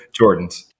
Jordans